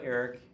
Eric